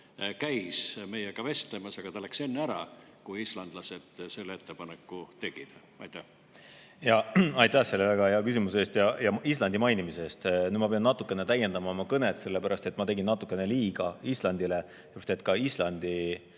käis meiega vestlemas, aga ta läks enne ära, kui islandlased selle ettepaneku tegid. Aitäh selle väga hea küsimuse eest ja Islandi mainimise eest! Nüüd ma pean natukene täiendama oma kõnet, sellepärast et ma tegin natukene liiga Islandile. Islandi